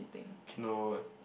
cannot